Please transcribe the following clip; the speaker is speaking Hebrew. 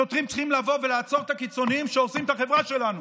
שוטרים צריכים לבוא ולעצור את הקיצונים שהורסים את החברה שלנו,